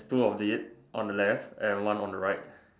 two of it on the left and one on the right